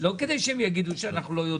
לא כדי שהם יגידו אנחנו לא יודעים,